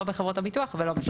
לא בחברות הביטוח ולא בשב"ן.